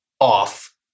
off